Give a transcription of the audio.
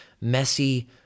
messy